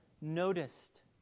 noticed